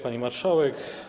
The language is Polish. Pani Marszałek!